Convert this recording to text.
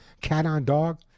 cat-on-dog